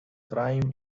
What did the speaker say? crime